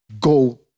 go